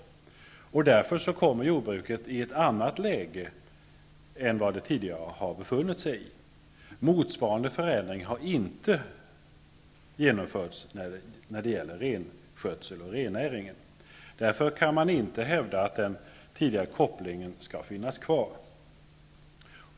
Därför kommer jordbruket i ett helt annat läge än vad det har befunnit sig i tidigare. Motsvarande förändring har inte genomförts när det gäller renskötsel och rennäring. Därför kan man inte hävda att den tidigare kopplingen skall finnas kvar.